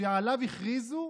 שעליו הכריזו